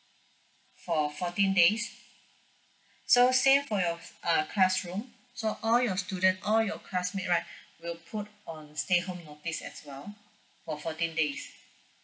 for fourteen days so same for your uh classroom so all your student all your classmate right will put on stay home notice as well for fourteen days